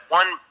one